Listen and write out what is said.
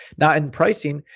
not in pricing.